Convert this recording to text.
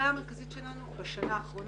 הבעיה המרכזית שלנו בשנה האחרונה,